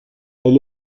elle